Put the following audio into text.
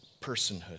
personhood